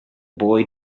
boy